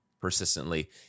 persistently